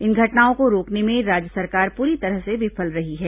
इन घटनाओं को रोकने में राज्य सरकार पूरी तरह से विफल रही है